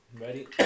Ready